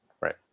Right